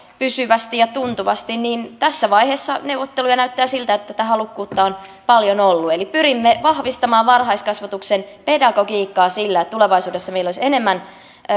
pysyvästi ja tuntuvasti niin tässä vaiheessa neuvotteluja näyttää siltä että tätä halukkuutta on paljon ollut eli pyrimme vahvistamaan varhaiskasvatuksen pedagogiikkaa sillä että tulevaisuudessa meillä olisi enemmän